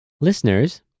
Listeners